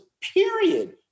period